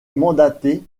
mandaté